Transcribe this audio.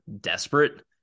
desperate